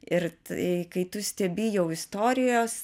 ir tai kai tu stebi jau istorijos